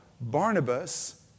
Barnabas